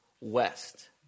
west